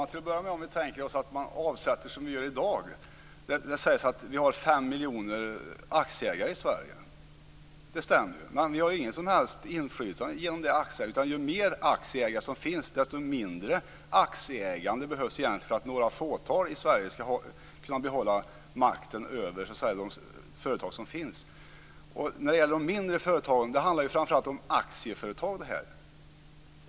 Fru talman! Det sägs att vi har 5 miljoner aktieägare i Sverige, och det stämmer ju. Men de har inget som helst inflytande genom aktieägandet. Ju fler aktieägare som finns, desto mindre aktieägande behövs egentligen för att några fåtal i Sverige ska kunna behålla makten över de företag som finns. När det gäller de mindre företagen vill jag säga att detta framför allt handlar om aktieföretag.